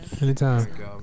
Anytime